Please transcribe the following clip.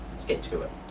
let's get to it.